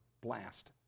blast